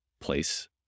place